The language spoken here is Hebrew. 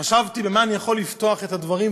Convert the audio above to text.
חשבתי במה אני יכול לפתוח את הדברים,